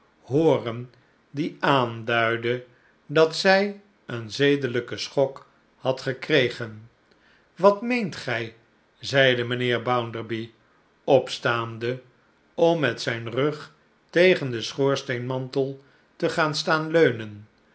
die aanduidde dat zij een zedelijken schok had gekregen wat meent gij zeide mijnheer bounderby opstaande om met zijn rug tegen den schoorsteenmantel te gaan staan leunen